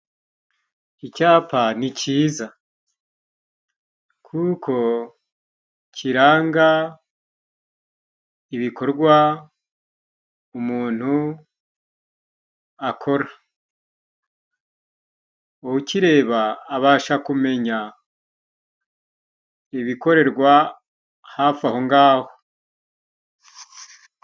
Icyapa ni cyiza kuko kiranga ibikorwa umuntu akora. Ukireba abasha kumenya ibikorerwa hafi aho ngaho.